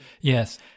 Yes